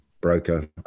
broker